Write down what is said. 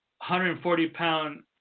140-pound